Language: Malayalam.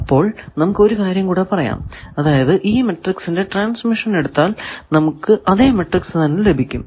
അപ്പോൾ നമുക്ക് ഒരു കാര്യം കൂടെ പറയാം അതായതു ഈ മാട്രിക്സിന്റെ ട്രാൻസിഷൻ എടുത്താൽ നമുക്ക് അതെ മാട്രിക്സ് തന്നെ ലഭിക്കും